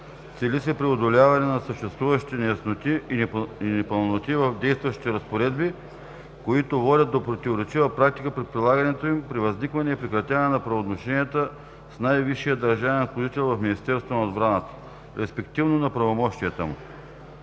Цели се преодоляване на съществуващи неясноти и непълноти в действащите разпоредби, които водят до противоречива практика при прилагането им, при възникване и прекратяване на правоотношенията с най-висшия държавен ръководител в Министерството на отбраната, респективно на правомощията му.